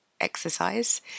exercise